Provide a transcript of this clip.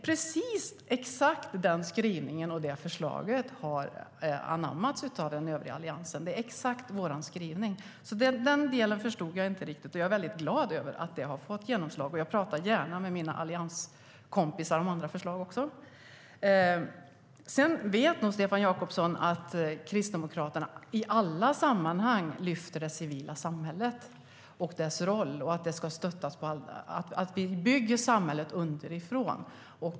Precis exakt den skrivningen och det förslaget har anammats av den övriga Alliansen. Den frågan förstod jag inte riktigt. Jag är glad över att förslaget har fått genomslag. Jag talar gärna med mina allianskompisar om andra förslag. Stefan Jakobsson vet nog att Kristdemokraterna i alla sammanhang lyfter fram det civila samhället. Samhället ska byggas underifrån.